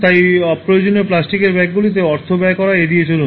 তাই অপ্রয়োজনীয় প্লাস্টিকের ব্যাগগুলিতে অর্থ ব্যয় করা এড়িয়ে চলুন